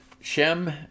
Shem